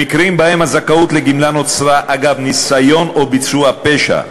במקרים שבהם הזכאות לגמלה נוצרה אגב ניסיון או ביצוע פשע,